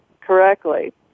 correctly